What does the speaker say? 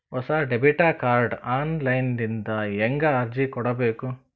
ಹೊಸ debit card online ದಿಂದ ಹೇಂಗ ಅರ್ಜಿ ಕೊಡಬೇಕು?